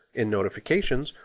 in notifications,